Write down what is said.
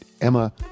Emma